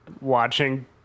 watching